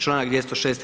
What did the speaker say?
Članak 206.